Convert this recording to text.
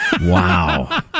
Wow